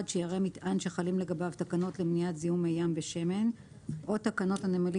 שיירי מטען שחלים לגביו תקנות למניעת זיהום מי ים בשמן או תקנות הנמלים